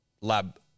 Lab